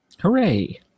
Hooray